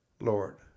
Lord